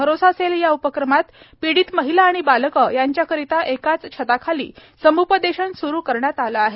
भरोसा सेल या उपक्रमात पीडित महिला आणि बालके यांच्याकरिता एकाच छताखाली सम्पदेशन स्रू करण्यात आले आहे